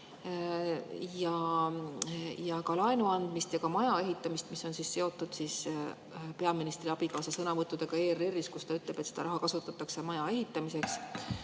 kasu, laenu andmise ja ka maja ehitamise kohta, mis on seotud peaministri abikaasa sõnavõttudega ERR-is, kus ta ütles, et seda raha kasutatakse maja ehitamiseks.